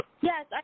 Yes